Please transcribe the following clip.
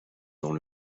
dans